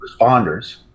responders